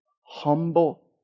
humble